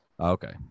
okay